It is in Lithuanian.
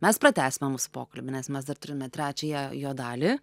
mes pratęsime mūsų pokalbį nes mes dar turime trečiąją jo dalį